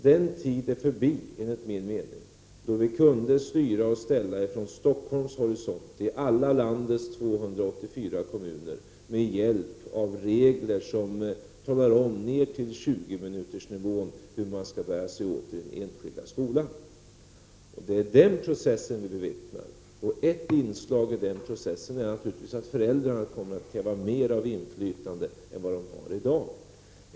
Den tid är förbi, enligt min mening, då vi kunde styra och ställa från Stockholms horisont i alla landets 284 kommuner med hjälp av regler som ned till tjugominutersnivån talade om hur man skulle bära sig åt i den enskilda skolan. Det är den processen vi bevittnar. Ett inslag i den processen är naturligtvis att föräldrarna kommer att kräva mer inflytande än de har i dag.